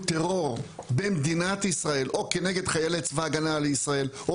טרור במדינת ישראל או כנגד חיילי צבא הגנה לישראל או